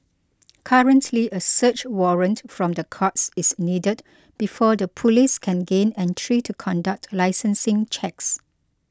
currently a search warrant from the courts is needed before the police can gain entry to conduct licensing checks